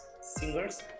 singers